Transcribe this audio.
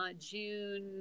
June